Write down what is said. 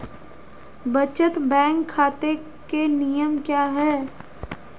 बचत बैंक खाता के नियम क्या हैं?